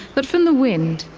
but from the wind.